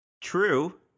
true